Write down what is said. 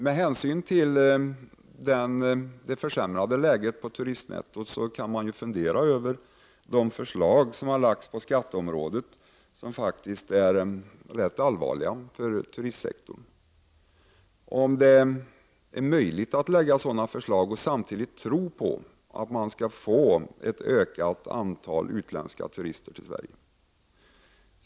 Med hänsyn till det försämrade läget i fråga om turistnettot kan man fundera över de förslag som har lagts fram på skatteområdet, förslag som faktiskt är rätt allvarliga för turistsektorn. Man kan fundera över om det är möjligt att lägga fram sådana förslag och samtidigt tro på att det skall komma ett ökat antal utländska turister till Sverige.